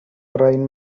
rhine